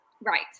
Right